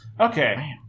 Okay